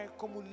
como